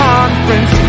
Conference